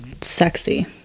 sexy